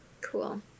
Cool